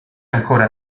ancora